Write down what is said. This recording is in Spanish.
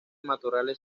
matorrales